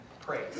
praise